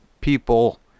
people